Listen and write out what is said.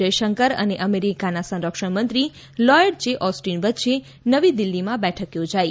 જયશંકર અને અમેરિકાના સંરક્ષણમંત્રી લોયડ જે ઓસ્ટિન વચ્ચે નવી દિલ્ફીમાં બેઠક યોજાઇ